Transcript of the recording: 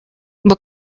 what